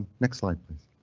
ah next slide, please.